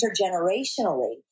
intergenerationally